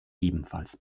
ebenfalls